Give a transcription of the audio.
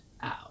out